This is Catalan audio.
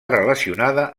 relacionada